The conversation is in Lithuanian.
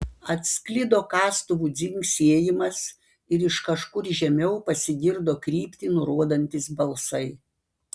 atsklido kastuvų dzingsėjimas ir iš kažkur žemiau pasigirdo kryptį nurodantys balsai